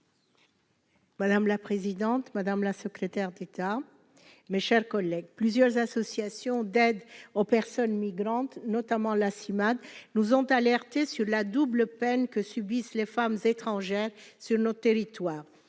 Madame la présidente, madame la secrétaire d'État, mes chers collègues, plusieurs associations d'aide aux personnes migrantes notamment la Cimade nous ont alertés sur la double peine que subissent les femmes étrangères sur notre territoire,